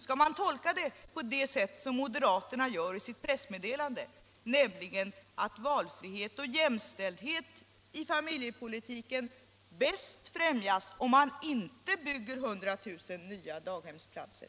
Skall man tolka den på det sättet som moderaterna gör i sitt pressmeddelande, nämligen att valfrihet och jämställdhet i familjepolitiken bäst främjas om man inte bygger 100 000 nya daghemsplatser?